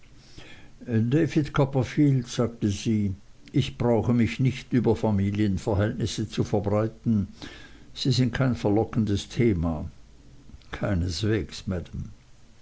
sagte sie ich brauche mich nicht über familienverhältnisse zu verbreiten sie sind kein verlockendes thema keineswegs maam